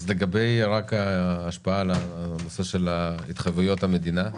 אז לגבי ההשפעה על הנושא של התחייבויות המדינה?